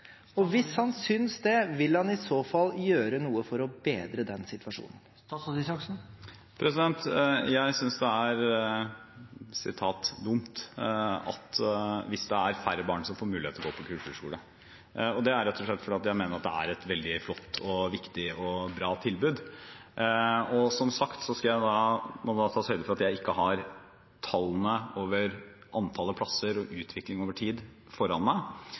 Og hvis han synes det, vil han i så fall gjøre noe for å bedre den situasjonen? Jeg synes det er dumt hvis det er færre barn som får mulighet til å gå på kulturskole. Det er rett og slett fordi jeg mener det er et veldig flott, viktig og bra tilbud. Som sagt har jeg ikke oversikt over antallet plasser og utviklingen over tid foran meg.